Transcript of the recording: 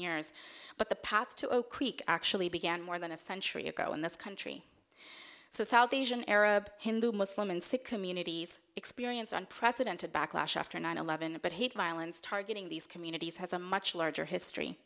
creek actually began more than a century ago in this country so south asian arab hindu muslim and sick communities experienced unprecedented backlash after nine eleven about hate violence targeting these communities has a much larger history